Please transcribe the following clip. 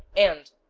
and